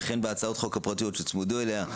וכן בהצעות החוק הפרטיות שצמודות אליה,